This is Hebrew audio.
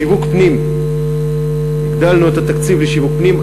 שיווק פנים, הגדלנו את התקציב לשיווק פנים.